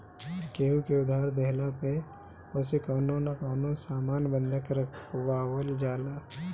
केहू के उधार देहला पअ ओसे कवनो न कवनो सामान बंधक रखवावल जाला